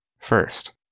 First